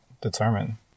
determine